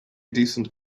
decent